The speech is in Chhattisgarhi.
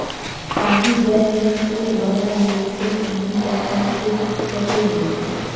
काहीं जाएत में छूट बगरा मिलथे काहीं जाएत में छूट थोरहें मिलथे